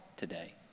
today